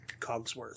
Cogsworth